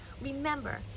remember